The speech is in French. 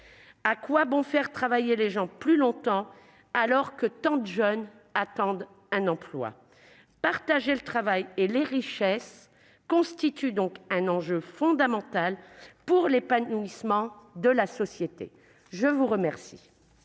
À quoi bon faire travailler les gens plus longtemps quand tant de jeunes attendent un emploi ? Partager le travail et les richesses constitue un enjeu fondamental pour l'épanouissement de l'humanité. Dans la suite